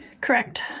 Correct